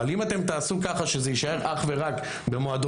אבל אם אתם תעשו ככה שהכלים יישארו אך ורק במועדונים,